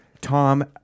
Tom